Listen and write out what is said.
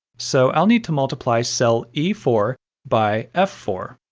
so i'll need to multiply cell e four by f four.